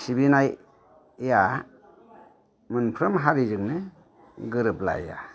सिबिनाया मोनफ्रोम हारिजोंनो गोरोबलाया